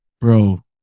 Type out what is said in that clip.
Bro